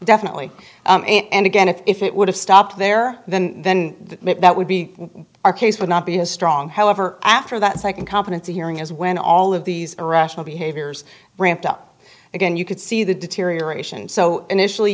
definitely and again if it would have stopped there then then that would be our case would not be as strong however after that second competency hearing is when all of these irrational behaviors ramped up again you could see the deterioration so initially